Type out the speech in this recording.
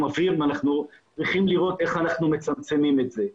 אוויר ואנחנו צריכים לראות איך אנחנו מצמצמים את זה.